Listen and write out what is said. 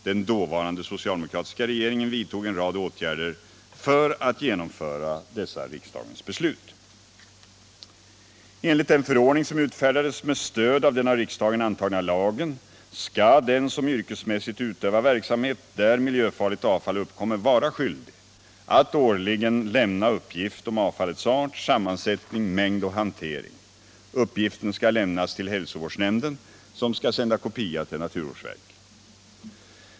Den dåvarande socialdemokratiska regeringen vidtog en rad åtgärder för att genomföra dessa riksdagens beslut. Enligt den förordning som utfärdades med stöd av den av riksdagen antagna lagen skall den som yrkesmässigt utövar verksamhet där miljöfarligt avfall uppkommer vara skyldig att årligen lämna uppgift om avfallets art, sammansättning, mängd och hantering. Uppgiften skall lämnas till hälsovårdsnämnden som skall sända kopia till naturvårdsverket.